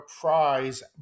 prize